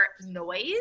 noise